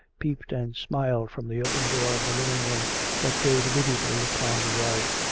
peeped and smiled from the open door of the living room that gave immediately upon the yard.